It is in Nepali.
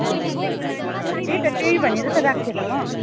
हजुर त्यही त त्यही भनेर त राखेको थिएँ त म